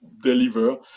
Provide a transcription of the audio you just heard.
deliver